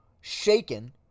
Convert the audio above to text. shaken